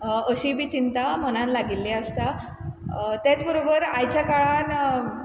अशीय बी चिंता मनान लागिल्ली आसता तेंच बरोबर आयच्या काळान